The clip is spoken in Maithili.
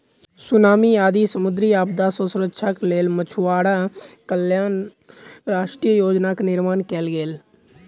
सुनामी आदि समुद्री आपदा सॅ सुरक्षाक लेल मछुआरा कल्याण राष्ट्रीय योजनाक निर्माण कयल गेल